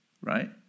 right